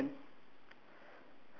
okay on her on her left hand